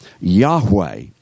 Yahweh